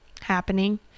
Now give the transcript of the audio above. happening